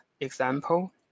example